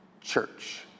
church